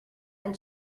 and